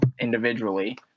individually